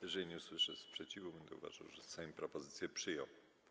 Jeżeli nie usłyszę sprzeciwu, będę uważał, że Sejm propozycję przyjął.